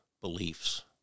beliefs